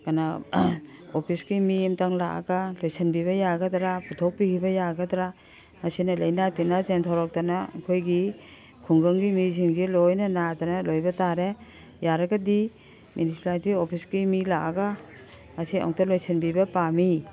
ꯀꯅꯥ ꯑꯣꯐꯤꯁꯀꯤ ꯃꯤ ꯑꯝꯇꯪ ꯂꯥꯛꯑꯒ ꯂꯣꯏꯁꯟꯕꯤꯕ ꯌꯥꯒꯗ꯭ꯔꯥ ꯄꯨꯊꯣꯛꯄꯤꯒꯤꯕ ꯌꯥꯒꯗ꯭ꯔꯥ ꯃꯁꯤꯅ ꯂꯩꯅꯥ ꯇꯤꯅꯥ ꯆꯦꯟꯊꯣꯔꯛꯇꯅ ꯑꯩꯈꯣꯏꯒꯤ ꯈꯨꯡꯒꯪꯒꯤ ꯃꯤꯁꯤꯡꯁꯤ ꯂꯣꯏꯅ ꯅꯥꯗꯅ ꯂꯣꯏꯕ ꯇꯥꯔꯦ ꯌꯥꯔꯒꯗꯤ ꯃꯤꯅꯤꯁꯤꯄꯥꯂꯤꯇꯤ ꯃꯤ ꯂꯥꯛꯑꯒ ꯃꯁꯦ ꯑꯝꯇ ꯂꯣꯏꯁꯟꯕꯤꯕ ꯄꯥꯝꯃꯤ